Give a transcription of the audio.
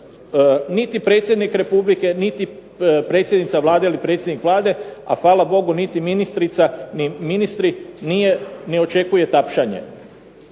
niti predsjednik Republike, niti predsjednica Vlade ili predsjednik Vlade, a hvala Bogu niti ministrica ni ministri ne očekuje tapšanje.